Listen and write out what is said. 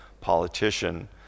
politician